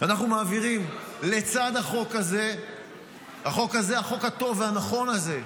אנחנו מעבירים לצד החוק הטוב והנכון הזה,